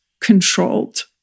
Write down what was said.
controlled